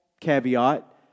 caveat